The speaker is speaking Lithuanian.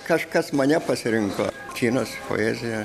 kažkas mane pasirinko kinas poezija